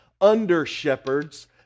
under-shepherds